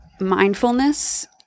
mindfulness